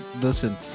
Listen